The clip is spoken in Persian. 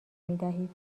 میدهید